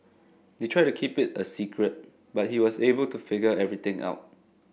they tried to keep it a secret but he was able to figure everything out